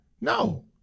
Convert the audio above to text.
No